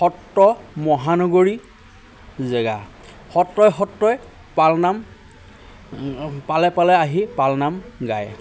সত্ৰ মহানগৰীৰ জেগা সত্ৰই সত্ৰই পালনাম পালে পালে আহি পালনাম গায়